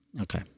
Okay